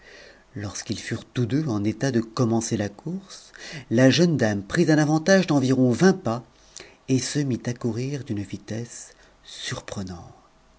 lorsqu'ils furent tous deux en état de commencer la course la jeune dame prit un avantage d'environ vingt pas et se mit à courir d'une vitesse surprenante